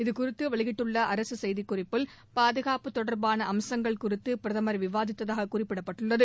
இது குறித்து வெளியிட்டுள்ள அரசு செய்தி குறிப்பில் பாதுகாப்புத் தொடர்பான அம்சங்கள் குறித்து பிரதமர் விவாதித்ததாக கூறப்பட்டுள்ளது